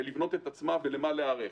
לבנות את עצמה, ולמה להיערך.